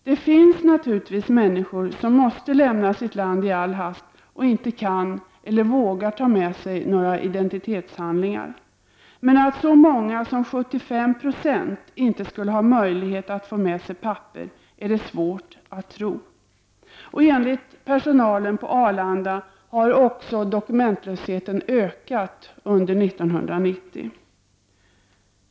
Det finns naturligtvis människor som måste lämna sitt land i all hast och inte kan eller vågar ta med sig några identitetshandlingar. Men att så många som 75 26 inte skulle ha möjlighet att få med sig några papper är svårt att tro. Enligt personalen på Arlanda har dokumentlösheten ökat under 1990.